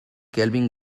kelvin